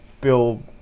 Bill